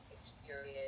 experience